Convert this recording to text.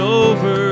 over